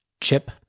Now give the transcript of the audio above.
Chip